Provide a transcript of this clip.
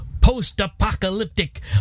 post-apocalyptic